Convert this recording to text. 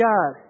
God